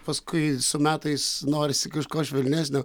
paskui su metais norisi kažko švelnesnio